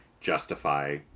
justify